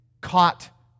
caught